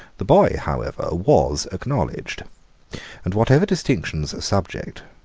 the boy, however, was acknowledged and whatever distinctions a subject,